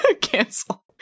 Cancel